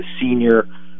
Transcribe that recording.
senior